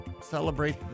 celebrate